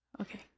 okay